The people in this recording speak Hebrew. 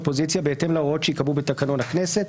האופוזיציה בהתאם להוראות שייקבעו בתקנון הכנסת.